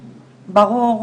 ברור,